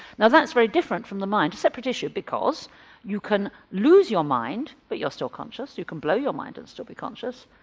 now that's very different from the mind, a separate issue because you can lose your mind, but you're still conscious, you can blow your mind and still be conscious.